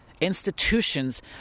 Institutions